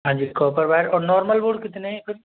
हाँ जी copper wire और नॉर्मल बोर्ड कितने फिर